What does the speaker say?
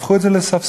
הפכו את זה לספסרות.